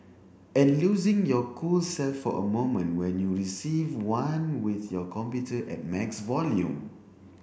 and losing your cool self for a moment when you receive one with your computer at max volume